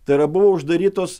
tai yra buvo uždarytos